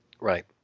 Right